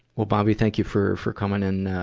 well, bobby, thank you for, for coming and, ah,